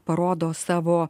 parodo savo